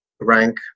rank